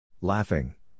Laughing